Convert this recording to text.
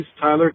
Tyler